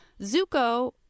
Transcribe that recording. Zuko